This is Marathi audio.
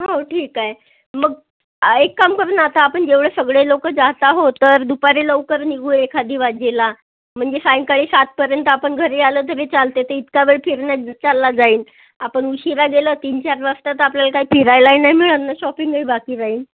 हो ठीक आहे मग एक काम कर ना आता आपण एवढे सगळे लोक जात आहो तर दुपारी लवकर निघू एखादी वाजेला म्हणजे सायंकाळी सातपर्यंत आपण घरी आलं तरी चालते ते इतका वेळ फिरण्यात चालला जाईल आपण उशीरा गेलो तीनचार वाजता त आपल्याला काही फिरायलाय नाही मिळन आणि शॉपिंगही बाकी राहील